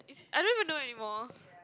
I don't even know anymore